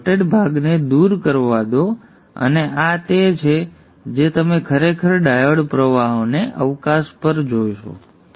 મને આ ડોટેડ ભાગને દૂર કરવા દો અને આ તે છે જે તમે ખરેખર ડાયોડ પ્રવાહોના અવકાશ પર જોશો